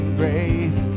grace